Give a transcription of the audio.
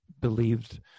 believed